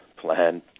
plan